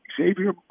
Xavier